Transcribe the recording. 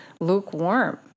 lukewarm